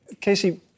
Casey